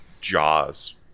Jaws